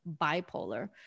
bipolar